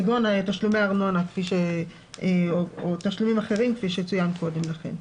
כגון תשלומי ארנונה או תשלומים אחרים כפי שצוין קודם לכן.